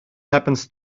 happens